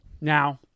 Now